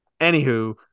Anywho